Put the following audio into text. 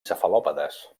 cefalòpodes